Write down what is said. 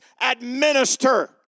administer